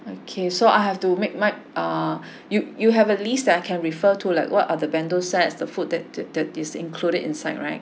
okay so I have to make my ah you you have a list that I can refer to like what are the bento sets the food that that is included inside right